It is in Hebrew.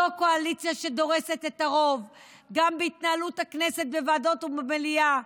זו קואליציה שדורסת את הרוב גם בהתנהלות הכנסת בוועדות ובמליאה,